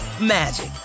magic